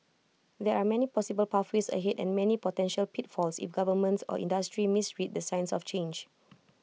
there are many possible pathways ahead and many potential pitfalls if governments or industry misread the signs of change